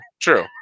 true